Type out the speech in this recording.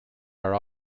are